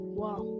wow